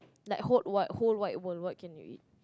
like whole wide whole wide world what can you eat